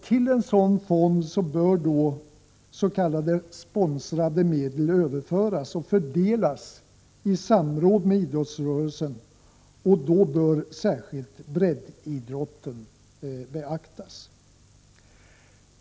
Till en sådan fond bör då s.k. sponsrade medel överföras och fördelas i samråd med idrottsrörelsen, varvid särskilt breddidrotten bör beaktas.